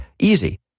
Easy